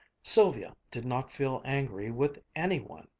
sylvia did not feel angry with any one.